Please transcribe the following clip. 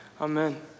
amen